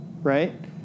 right